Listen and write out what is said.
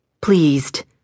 pleased